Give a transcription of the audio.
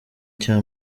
cya